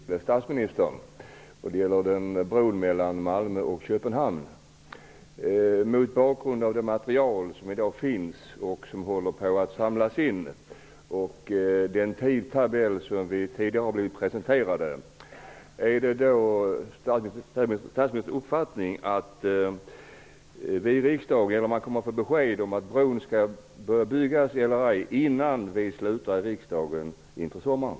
Herr talman! Jag har en fråga till statsministern, och den gäller bron mellan Malmö och Är det, mot bakgrund av det material som i dag finns och det som håller på att samlas in samt den tidtabell som vi tidigare blivit presenterade, statsministerns uppfattning att riksdagen kan få besked om bron skall börja byggas eller ej innan vi slutar inför sommaren?